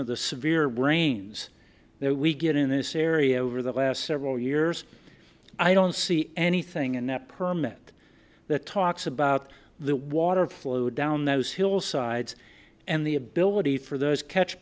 of the severe brains that we get in this area over the last several years i don't see anything in that permit that talks about the water flow down those hillsides and the ability for those catch